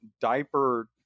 diaper